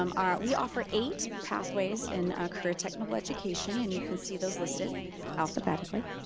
um ah we offer eight pathways in career technical education, and you can see those listed alphabetically.